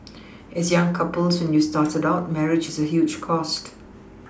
as young couples when you started out marriage is a huge cost